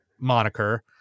moniker